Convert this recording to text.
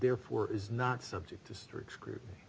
therefore is not subject to strict scrutiny